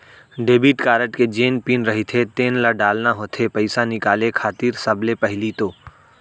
debit card के जेन pin रहिथे तेन ल डालना होथे पइसा निकाले खातिर सबले पहिली तो